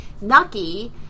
Nucky